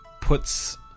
puts